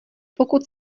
pokud